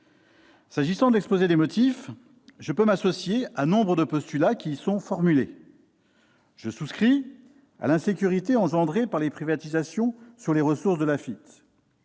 S'agissant de l'exposé des motifs, je peux m'associer à nombre de postulats qui y sont formulés. Je souscris à l'insécurité engendrée par les privatisations sur les ressources de l'Afitf.